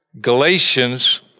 Galatians